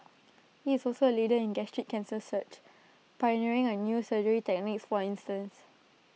he is also A leader in gastric cancer search pioneering A new surgery techniques for instance